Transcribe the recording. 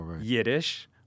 Yiddish